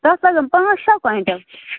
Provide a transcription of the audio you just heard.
تَتھ لَگَن پانٛژھ شےٚ کۄینٛٹَل